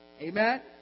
Amen